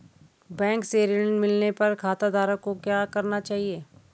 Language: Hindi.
बैंक से ऋण मिलने पर खाताधारक को क्या करना चाहिए?